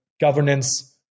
governance